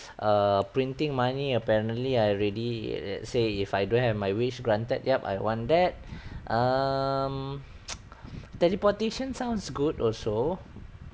err printing money apparently I already say if I don't have my wish granted yup I want that um teleportation sounds good also